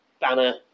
Banner